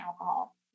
alcohol